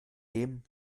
die